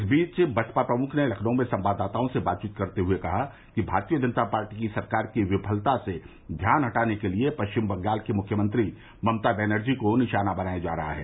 इस बीच बसपा प्रमुख ने लखनऊ में संवाददाताओं से बातचीत में कहा है कि भारतीय जनता पार्टी की सरकार की विफलता से ध्यान हटाने के लिये पश्चिम बंगाल की मुख्यमंत्री ममता बनर्जी को निशाना बनाया जा रहा है